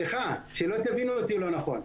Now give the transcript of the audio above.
שלא תבינו אותי לא נכון,